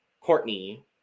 Courtney